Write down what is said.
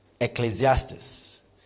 Ecclesiastes